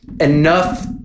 enough